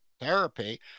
therapy